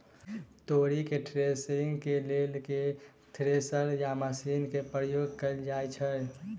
तोरी केँ थ्रेसरिंग केँ लेल केँ थ्रेसर या मशीन केँ प्रयोग कैल जाएँ छैय?